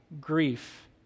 grief